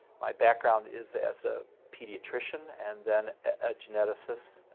my background is as a pediatrician and then a geneticist.